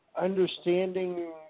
understanding